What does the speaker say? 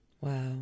Wow